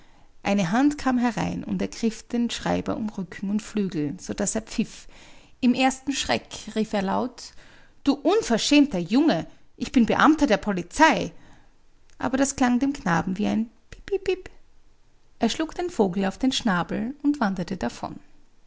eine hand kam herein und ergriff den schreiber um rücken und flügel sodaß er pfiff im ersten schreck rief er laut du unverschämter junge ich bin beamter der polizei aber das klang dem knaben wie ein pipipip er schlug den vogel auf den schnabel und wanderte davon